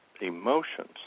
emotions